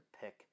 pick